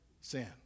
sin